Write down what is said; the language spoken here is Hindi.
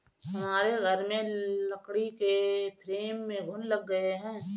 हमारे घर में लकड़ी के फ्रेम में घुन लग गए हैं